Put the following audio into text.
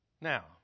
Now